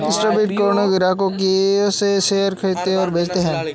stockbroker अपने ग्राहकों की ओर से शेयर खरीदते हैं और बेचते हैं